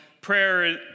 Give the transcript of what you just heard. Prayer